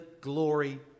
glory